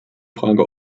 frage